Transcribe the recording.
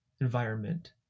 environment